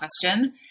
question